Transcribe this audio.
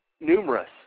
numerous